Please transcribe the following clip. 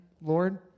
Lord